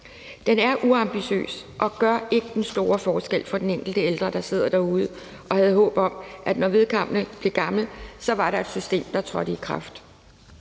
Den er uambitiøs og gør ikke den store forskel for den enkelte ældre, der sidder derude og havde håb om, at når vedkommende blev gammel, var der et system, der trådte i kraft.